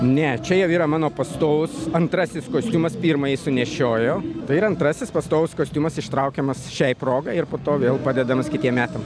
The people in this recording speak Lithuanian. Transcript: ne čia jau yra mano pastovus antrasis kostiumas pirmąjį sunešiojo tai yra antrasis pastovus kostiumas ištraukiamas šiai progai ir po to vėl padedamas kitiem metam